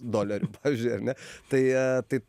doleriųpavyzdžiui ar ne tai tai